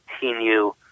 continue